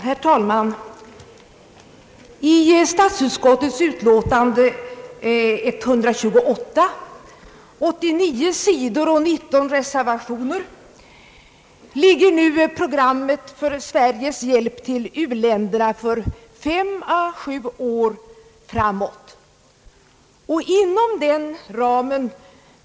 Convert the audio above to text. Herr talman! I statsutskottets utlåtande nr 128, 89 sidor och 19 reserva tioner, ligger nu programmet för Sveriges hjälp till u-länderna för fem å sju år framåt, och inom den :ramen.